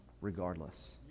Regardless